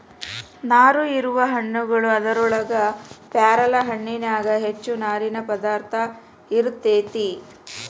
ನಾರು ಇರುವ ಹಣ್ಣುಗಳು ಅದರೊಳಗ ಪೇರಲ ಹಣ್ಣಿನ್ಯಾಗ ಹೆಚ್ಚ ನಾರಿನ ಪದಾರ್ಥ ಇರತೆತಿ